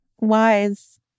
wise